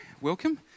welcome